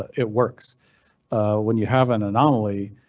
it works when you have an anomaly,